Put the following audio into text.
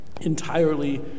entirely